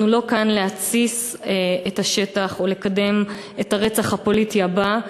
אנחנו לא כאן כדי להתסיס את השטח או לקדם את הרצח הפוליטי הבא,